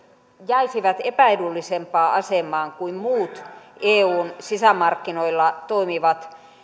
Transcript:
jäisivät epäedullisempaan asemaan kuin muut eun sisämarkkinoilla toimivat